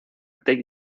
take